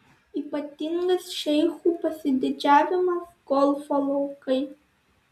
ypatingas šeichų pasididžiavimas golfo laukai